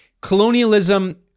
colonialism